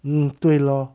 嗯对咯